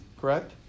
Correct